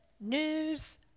news